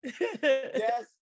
Yes